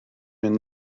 mynd